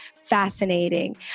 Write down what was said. fascinating